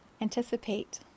anticipate